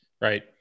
right